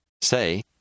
Say